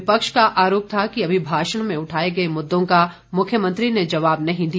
विपक्ष का आरोप था कि अभिभाषण में उठाए गए मुद्दों का मुख्यमंत्री ने जवाब नहीं दिया